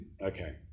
Okay